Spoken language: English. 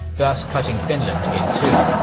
thus cutting finland in two.